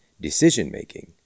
decision-making